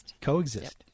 Coexist